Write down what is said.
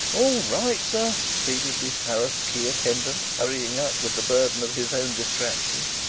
all right, sir, pleaded the harassed key-attendant, hurrying up with the burden of his own distraction.